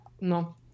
no